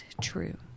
true